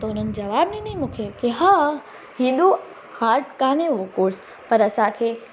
त उन्हनि जवाबु ॾिनी मूंखे हा हेॾो हाड कान्हे उहो कॉर्स पर असांखे